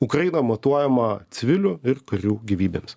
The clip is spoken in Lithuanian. ukraina matuojama civilių ir karių gyvybėmis